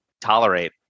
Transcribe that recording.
tolerate